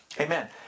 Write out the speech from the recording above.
Amen